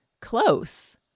close